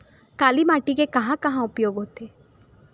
काली माटी के कहां कहा उपयोग होथे?